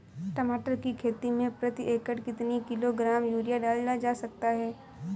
टमाटर की खेती में प्रति एकड़ कितनी किलो ग्राम यूरिया डाला जा सकता है?